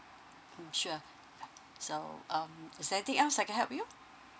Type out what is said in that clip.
mm sure so um is there anything else I can help you